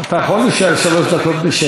אתה יכול להישאר שלוש דקות בשקט.